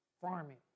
farming